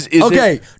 Okay